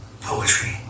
poetry